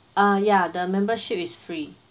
ah ya the membership is free